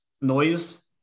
noise